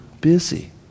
busy